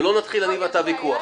ולא נתחיל אני ואתה ויכוח.